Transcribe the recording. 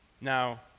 Now